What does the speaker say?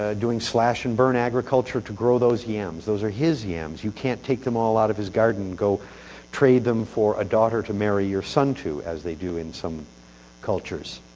ah doing slash-and-burn agriculture to grow those yams those are his yams. you can't take them out of his garden go trade them for a daughter to marry your son to as they do in some cultures.